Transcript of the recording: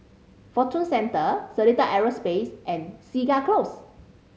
Fortune Centre Seletar Aerospace and Segar Close